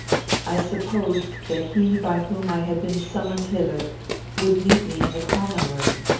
i supposed that he by whom i had been summoned hither would meet me in the common room.